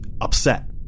upset